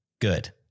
Good